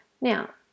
Now